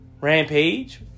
Rampage